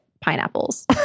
pineapples